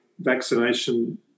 vaccination